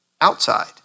outside